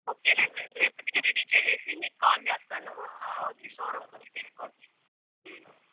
okay రేపటికి ready చేసేసి మీకు కాల్ చేస్తాను వచ్చి షోరూమ్కి వచ్చి తీసుకోండి